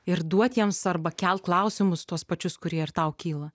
ir duot jiems arba kelt klausimus tuos pačius kurie ir tau kyla